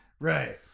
Right